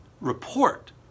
report